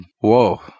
whoa